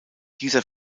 dieser